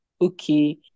okay